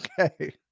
okay